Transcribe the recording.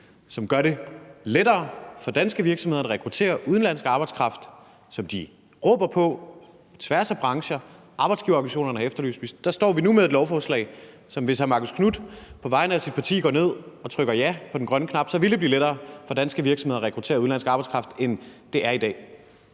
som gør det lettere for danske virksomheder at rekruttere udenlandsk arbejdskraft, som man på tværs af brancher råber på, og som arbejdsgiverorganisationerne har efterlyst, og som, hvis hr. Marcus Knuth på vegne af sit parti går ned og trykker ja til på den grønne knap, vil gøre det lettere for danske virksomheder at rekruttere udenlandsk arbejdskraft, end det er i dag.